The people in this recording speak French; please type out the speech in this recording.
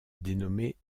dénommé